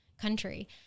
country